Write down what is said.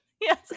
Yes